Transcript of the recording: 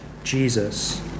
Jesus